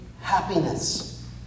happiness